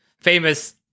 famous